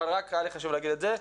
אבל רק היה לי חשוב להגיד את זה.